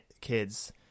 kids